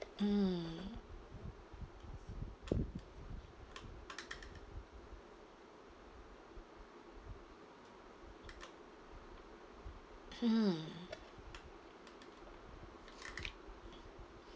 mm mm